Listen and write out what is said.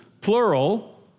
plural